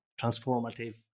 transformative